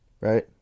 right